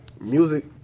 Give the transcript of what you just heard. music